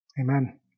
Amen